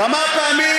כמה פעמים